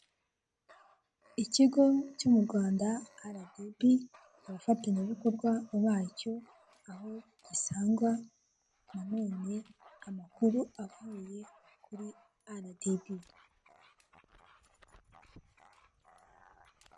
Ikigo cyo mu Rwanda aradibi abafatanyabikorwa bacyo aho gisangwa, nanone amakuru avuye kuri aradibi.